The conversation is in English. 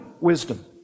wisdom